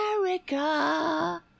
America